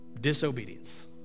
Disobedience